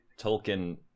Tolkien